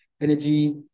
Energy